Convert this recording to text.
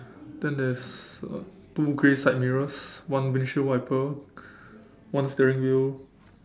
then there's uh two grey side mirrors one windshield wiper one steering wheel